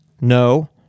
No